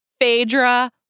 Phaedra